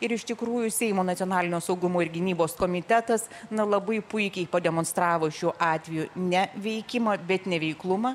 ir iš tikrųjų seimo nacionalinio saugumo ir gynybos komitetas na labai puikiai pademonstravo šiuo atveju ne veikimą bet neveiklumą